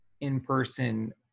in-person